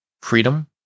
Freedom